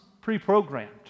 pre-programmed